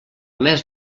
mes